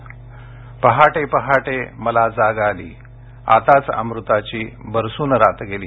पहाटे पहाटे मला जाग आली आताच अमृताची बरसून रात गेली